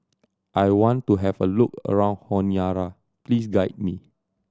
I want to have a look around Honiara please guide me